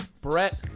Brett